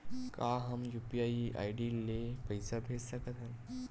का हम UPI ID ले पईसा भेज सकथन?